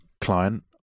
client